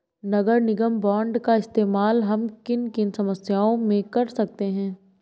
नगर निगम बॉन्ड का इस्तेमाल हम किन किन समस्याओं में कर सकते हैं?